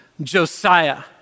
Josiah